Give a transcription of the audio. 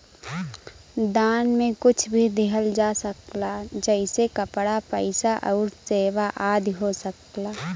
दान में कुछ भी दिहल जा सकला जइसे कपड़ा, पइसा आउर सेवा आदि हो सकला